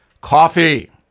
coffee